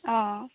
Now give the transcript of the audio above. অঁ